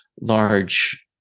large